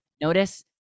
Notice